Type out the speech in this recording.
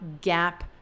gap